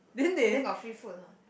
then got free food or not